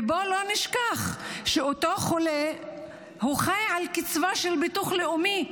ובואו לא נשכח שאותו חולה חי על קצבה של ביטוח לאומי,